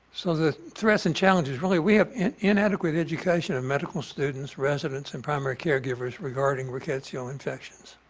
so the threats and challenges really we have inadequate education in medical students, residents and primary caregivers regarding rickettsial infections.